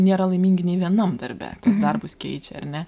nėra laimingi nei vienam darbe tuos darbus keičia ar ne